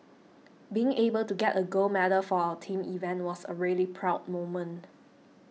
being able to get a gold medal for our team event was a really proud moment